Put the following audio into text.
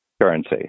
currency